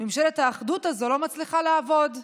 ממשלת האחדות הזאת, לא מצליחה לעבוד.